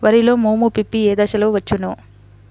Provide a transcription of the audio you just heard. వరిలో మోము పిప్పి ఏ దశలో వచ్చును?